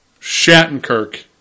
Shattenkirk